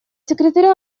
секретаря